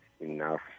enough